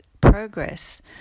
progress